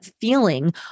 feeling